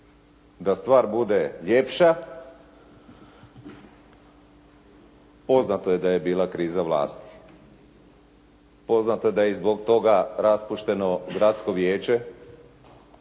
Da stvar bude ljepša, poznato je da je bila kriza vlasti. Poznato je da je zbog toga raspušteno gradsko vijeće,